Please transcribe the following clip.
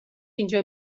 اینجا